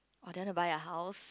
for them to buy a house